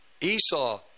Esau